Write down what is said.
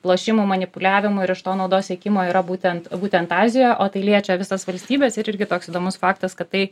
lošimų manipuliavimų ir iš to naudos siekimo yra būtent būtent azijoj o tai liečia visas valstybes ir irgi toks įdomus faktas kad tai